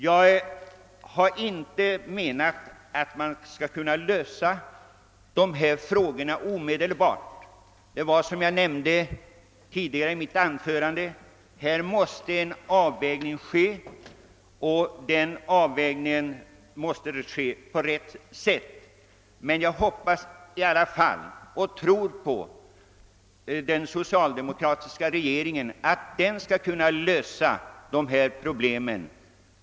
Jag menar inte att de skall kunna lösas omedelbart; som jag nämnde tidigare i mitt anförande måste en noggrann avvägning göras. Jag hoppas och tror att den socialdemokratiska regeringen skall kunna lösa dessa problem.